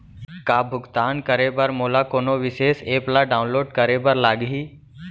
का भुगतान करे बर मोला कोनो विशेष एप ला डाऊनलोड करे बर लागही